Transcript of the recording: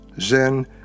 Zen